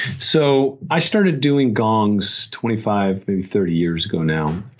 so i started doing gongs twenty five, maybe thirty years ago now,